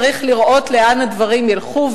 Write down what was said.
צריך לראות לאן הדברים ילכו,